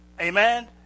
Amen